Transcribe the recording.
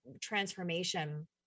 Transformation